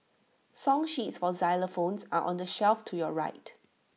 song sheets for xylophones are on the shelf to your right